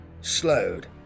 slowed